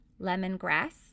lemongrass